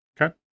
Okay